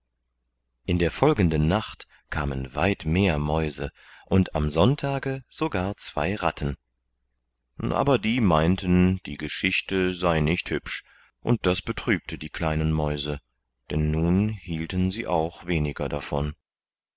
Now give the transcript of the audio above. in der folgenden nacht kamen weit mehr mäuse und am sonntage sogar zwei ratten aber die meinten die geschichte sei nicht hübsch und das betrübte die kleinen mäuse denn nun hielten sie auch weniger davon